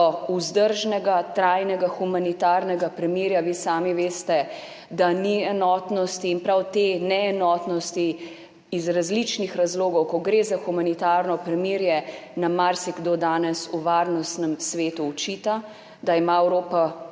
vzdržnega trajnega humanitarnega premirja. Vi sami veste, da ni enotnosti, in prav te neenotnosti nam iz različnih razlogov, ko gre za humanitarno premirje, marsikdo danes v Varnostnem svetu očita, da ima Evropa